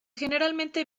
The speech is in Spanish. generalmente